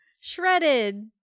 Shredded